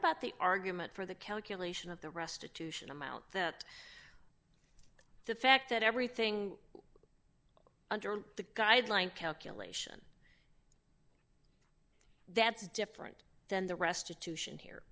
about the argument for the calculation of the restitution amount that the fact that everything under the guideline calculation that's different than the restitution here